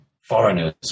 foreigners